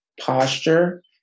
posture